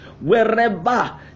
wherever